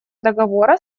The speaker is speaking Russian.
договора